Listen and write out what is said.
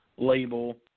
label